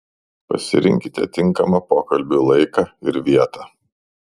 pasirinkite tinkamą pokalbiui laiką ir vietą